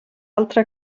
altra